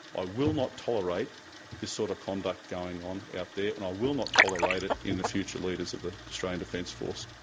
ah will not tolerate this sort of conduct going on out there and i will not tolerate it in the future leaders of the australian defence force.